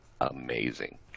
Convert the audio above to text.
amazing